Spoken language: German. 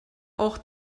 auch